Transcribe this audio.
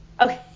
Okay